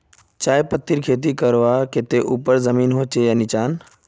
चाय पत्तीर खेती करवार केते ऊपर जमीन होचे या निचान?